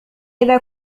إذا